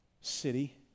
city